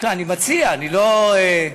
אני מציע, אני לא,